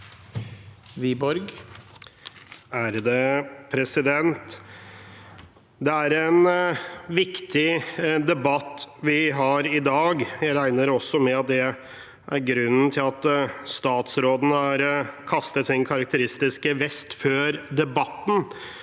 Wiborg (FrP) Det er en viktig de- batt vi har i dag. Jeg regner med at det er grunnen til at statsråden har kastet sin karakteristiske vest før debatten,